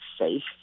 safe